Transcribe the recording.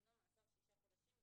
דינו מאסר שישה חודשים.